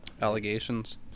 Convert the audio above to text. Allegations